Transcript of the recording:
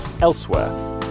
elsewhere